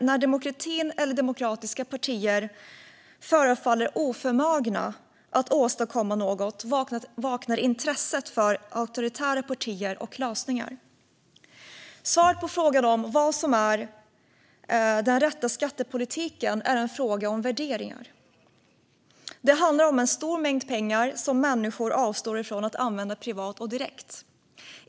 När demokratin eller demokratiska partier förefaller oförmögna att åstadkomma något vaknar intresset för auktoritära partier och lösningar. Svaret på frågan om vad som är den rätta skattepolitiken är en fråga om värderingar. Det handlar om en stor mängd pengar som människor avstår från att använda privat och direkt.